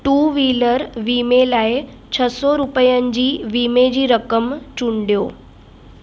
two wheeler वीमे लाइ छह सौ रुपियनि जी वीमे जी रक़म चूंॾियो